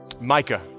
Micah